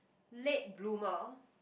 late bloomer